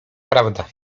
prawda